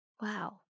Wow